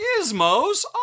gizmos